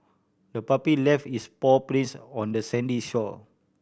the puppy left its paw prints on the sandy shore